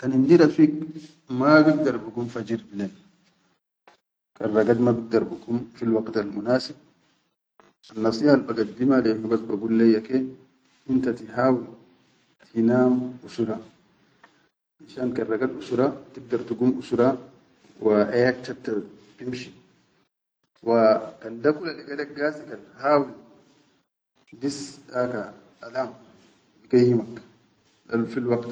Kan indi rafig ma bigdar bigum fajir bilen, kan ragad ma bigdar bigum fil waqit al munasib annasihal bagaddima le hibas begul leyya ke inta tihawil tinam usura, ashan kan ragad usura tigdar tugum usura, wa ayak chatta bimshi, wa kan da kula liga lek gasi kan hawil dis daka alaam bigayyimak lel.